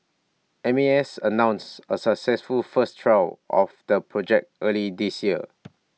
M A S announced A successful first trial of the project early this year